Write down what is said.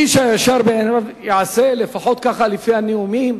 איש הישר בעיניו יעשה, ככה לפחות לפי הנאומים.